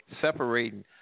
separating